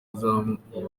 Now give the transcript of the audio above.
rizabakurikirana